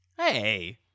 Hey